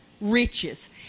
riches